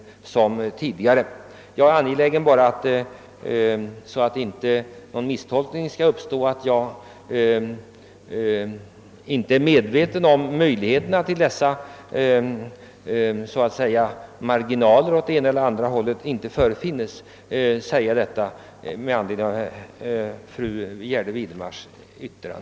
Med anledning av fru Gärde Widemars yttrande om åldersgränser är jag angelägen — för att inte någon misstolkning skall uppstå — att framhålla att jag är medveten om att det finns marginaler åt ena eller andra hållet som kan underlätta bedömningen.